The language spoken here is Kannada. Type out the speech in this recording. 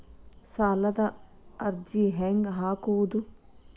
ಸಾಲದ ಅರ್ಜಿ ಹೆಂಗ್ ಹಾಕುವುದು?